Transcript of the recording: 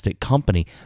Company